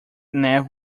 nav